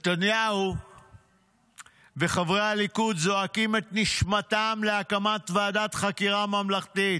נתניהו וחברי הליכוד זועקים את נשמתם להקמת ועדת חקירה ממלכתית,